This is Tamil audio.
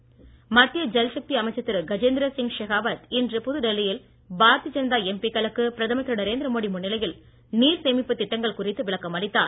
செகாவத் மத்திய ஜல் சக்தி அமைச்சர் திரு கஜேந்திர சிங் ஷெகாவத் இன்று புதுடெல்லியில் பாரதிய ஜனதா எம்பிக்களுக்கு பிரதமர் திரு நரேந்திர மோடி முன்னிலையில் நீர் சேமிப்புத் திட்டங்கள் குறித்து விளக்கம் அளித்தார்